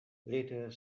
little